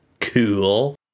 cool